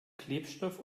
klebestift